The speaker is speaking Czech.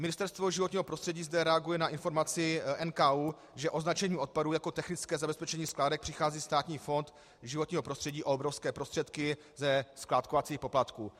Ministerstvo životního prostředí zde reaguje na informaci NKÚ, že označením odpadu jako technické zabezpečení skládek přichází Státní fond životního prostředí o obrovské prostředky ze skládkovacích poplatků.